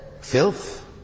filth